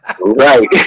Right